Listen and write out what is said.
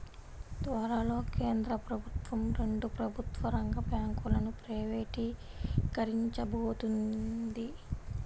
త్వరలో కేంద్ర ప్రభుత్వం రెండు ప్రభుత్వ రంగ బ్యాంకులను ప్రైవేటీకరించబోతోంది